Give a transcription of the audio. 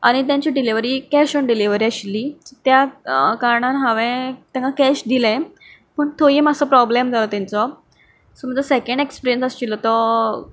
आनी तांची delivery cash on delivery आशिल्ली त्या कारणान हांवें तांकां कॅश दिले पूण थंयूय मातसो प्रोब्लम जालो तांचो सो म्हजो सेकेंड एक्सपिऱ्यंस आशिल्लो तो